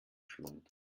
schlund